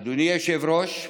אדוני היושב-ראש,